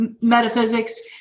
metaphysics